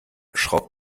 schraubt